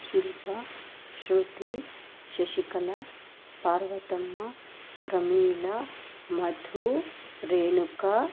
Shilpa Shruti Shashikala Parvatamma Pramila Madhu Renuka